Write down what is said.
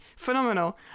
Phenomenal